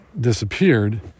disappeared